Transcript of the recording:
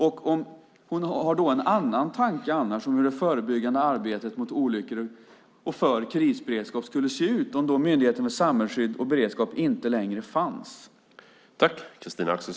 Har hon annars någon tanke om hur det förebyggande arbetet mot olyckor och för krisberedskap skulle se ut om den myndigheten inte fanns?